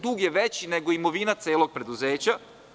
Dug je veći nego imovina celog preduzeća.